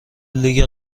لیگ